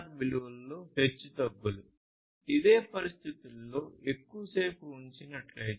drift అంటే sensor విలువలో హెచ్చుతగ్గులు అదే పరిస్థితులలో ఎక్కువసేపు ఉంచినట్లయితే